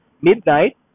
midnight